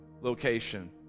location